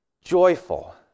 joyful